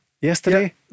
yesterday